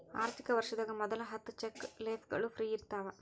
ಆರ್ಥಿಕ ವರ್ಷದಾಗ ಮೊದಲ ಹತ್ತ ಚೆಕ್ ಲೇಫ್ಗಳು ಫ್ರೇ ಇರ್ತಾವ